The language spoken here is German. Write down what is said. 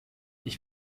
ich